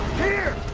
here!